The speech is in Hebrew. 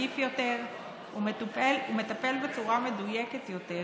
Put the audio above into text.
מקיף יותר ומטפל בצורה מדויקת יותר